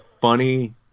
funny